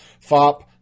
fop